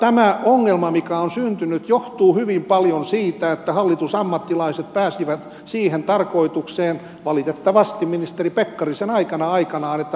tämä ongelma mikä on syntynyt johtuu hyvin paljon siitä että hallitusammattilaiset pääsivät siihen tarkoitukseen valitettavasti ministeri pekkarisen aikana aikanaan että hallintoneuvosto lakkautettiin